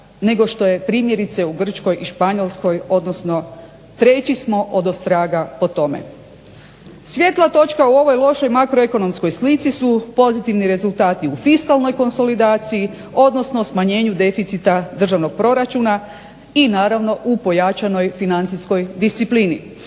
nego što je primjerice u Grčkoj ili Španjolskoj odnosno treći smo odostraga po tome. Svjetla točka u ovoj lošom makroekonomskoj slici su pozitivni rezultati u fiskalnoj konsolidaciji odnosno smanjenju deficita državnog proračuna i naravno u pojačanoj financijskoj disciplini.